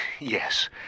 Yes